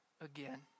again